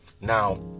Now